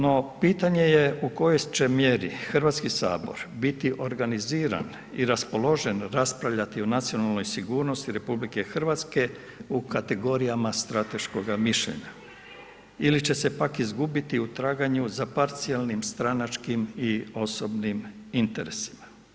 No pitanje je u kojoj će mjeri Hrvatski sabor biti organiziran i raspoložen raspravljati o nacionalnoj sigurnosti RH u kategorijama strateškoga mišljenja ili će se pak izgubiti u traganju za parcijalnim, stranačkim i osobnim interesima.